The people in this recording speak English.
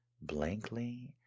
blankly